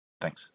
Thanks